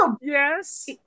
Yes